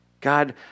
God